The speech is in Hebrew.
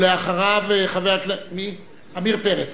ואחריו, חבר הכנסת עמיר פרץ.